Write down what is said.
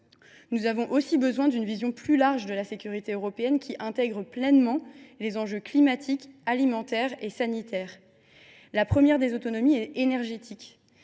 Nous avons aussi besoin d’une vision plus large de la sécurité européenne, qui intègre pleinement les enjeux climatiques, alimentaires et sanitaires. La première des autonomies est énergétique